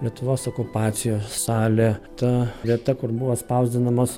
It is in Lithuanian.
lietuvos okupacijos salė ta vieta kur buvo spausdinamos